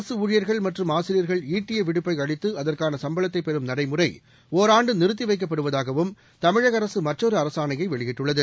அரசு ஊழியர்கள் மற்றும் ஆசிரியர்கள் ஈட்டிய விடுப்பை அளித்து அதற்கான சம்பளத்தை பெறும் நடைமுறை ஓராண்டு நிறுத்தி வைக்கப்படுவதாகவும் தமிழக அரசு மற்றொரு அரசாணையை வெளியிட்டுள்ளது